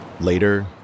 Later